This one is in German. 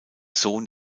sohn